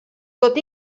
tot